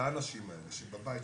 לאנשים האלה בבית,